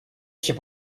się